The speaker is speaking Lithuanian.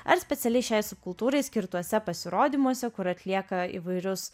ar specialiai šiai subkultūrai skirtuose pasirodymuose kur atlieka įvairius